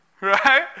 right